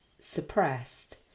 suppressed